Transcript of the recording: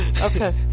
Okay